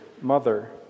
mother